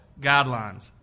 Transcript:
guidelines